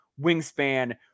wingspan